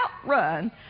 outrun